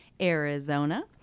Arizona